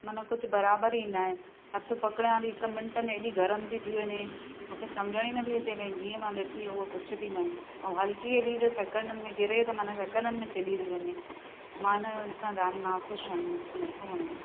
माना कुझु बराबरि ई न आहे हथ पकिड़ा थी हिक मिंट में हेॾी गरम थी थी वञे मूंखे समझण ई नथी अचे भई जीअं मां ॾिठी हूअं कुझ बि न आहे ऐं हल्की हेॾी जीअं सेकंडनि में गिरे त माना सेकंडनि में टेडी थी वञे मां हिन सां जाम ना ख़ुश आहियां मूंखे नथो वणे इहो